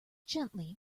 gently